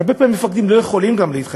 הרבה פעמים מפקדים לא יכולים גם להתחשב,